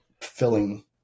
filling